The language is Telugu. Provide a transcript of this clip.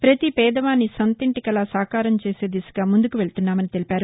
ప్రతి పేదవాని సొంతింటి కల సాకారం చేసే దిశగా ముందుకు వెళుతున్నామని తెలిపారు